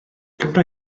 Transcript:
gymra